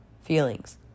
feelings